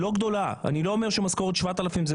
אפילו אם היא 7,000 שקל,